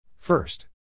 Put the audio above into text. First